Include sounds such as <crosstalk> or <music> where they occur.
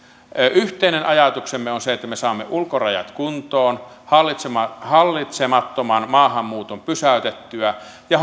yhteinen ajatuksemme on se että me saamme ulkorajat kuntoon hallitsemattoman maahanmuuton pysäytettyä ja <unintelligible>